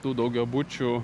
tų daugiabučių